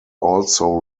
also